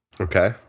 okay